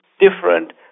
different